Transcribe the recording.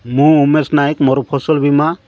ମୁଁ ଉମେଶ ନାୟକ ମୋର ଫସଲ ବୀମା